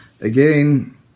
Again